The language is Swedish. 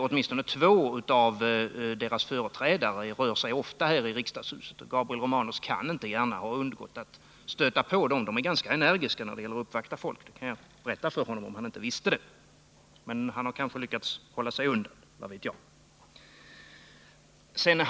Åtminstone två av deras företrädare rör sig ofta här i riksdagshuset. Gabriel Romanus kan inte gärna ha undgått att stöta på dem. Jag kan tala om för Gabriel Romanus — om han inte redan vet det — att de är ganska energiska när det gäller att uppvakta folk. Men kanske har Gabriel Romanus lyckats hålla sig undan — vad vet jag...